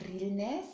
realness